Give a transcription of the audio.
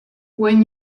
when